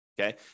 okay